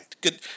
Good